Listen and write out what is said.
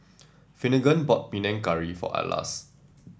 Finnegan bought Panang Curry for Atlas